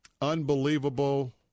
unbelievable